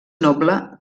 noble